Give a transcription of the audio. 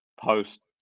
post